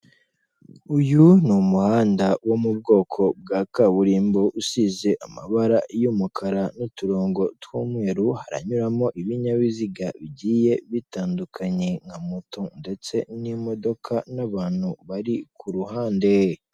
Uyu ni umuhanda wo mu bwoko bwa kaburimbo usize amabara y'umukara, n'uturongo tw'umweru haranyuramo ibinyabiziga bigiye bitandukanye nka moto ndetse n'imodoka n'abantu bari ku ruhande.